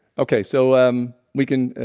okay, so, um we can